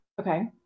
Okay